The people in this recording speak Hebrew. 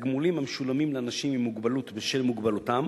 תגמולים המשולמים לאנשים עם מוגבלות בשל מוגבלותם,